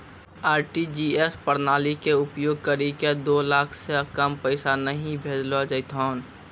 RTGS प्रणाली के उपयोग करि के दो लाख से कम पैसा नहि भेजलो जेथौन